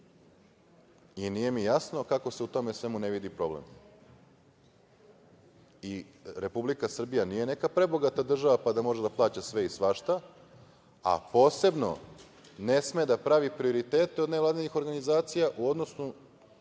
i nije mi jasno kako se u svemu tome ne vidi problem? Republika Srbija nije neka prebogata država da može da plaća sve i svašta, a posebno ne sme da pravi prioritete od nevladinih organizacija u odnosu